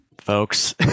folks